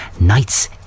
Nights